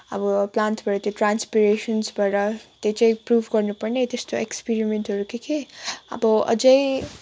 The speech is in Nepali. अब प्लान्टबाट त्यो ट्रान्सपिरेसनबाट त्यो चाहिँ प्रुभ गर्नुपर्ने त्यस्तो एप्सपेरिमेन्टहरू के के अब अझै